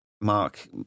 Mark